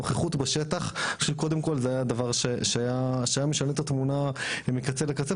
נוכחות בשטח שקודם כל זה היה דבר שהיה משנה את התמונה מקצה לקצה,